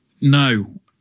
No